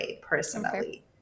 personally